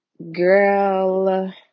Girl